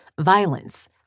violence